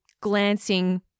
glancing